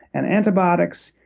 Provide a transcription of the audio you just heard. and antibiotics,